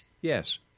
yes